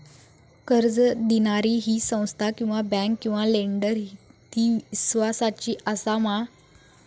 कर्ज दिणारी ही संस्था किवा बँक किवा लेंडर ती इस्वासाची आसा मा?